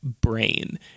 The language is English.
brain